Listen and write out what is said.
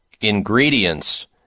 ingredients